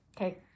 Okay